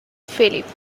philip